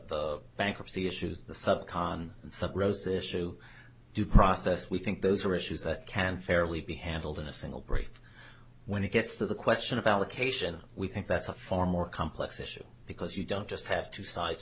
the bankruptcy issues the sub con rose issue due process we think those are issues that can fairly be handled in a single brief when it gets to the question of allocation we think that's a far more complex issue because you don't just have two si